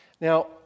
Now